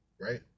right